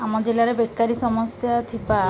ଆମ ଜିଲ୍ଲାରେ ବେକାରୀ ସମସ୍ୟା ଥିବା